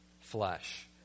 flesh